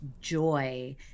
joy